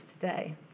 today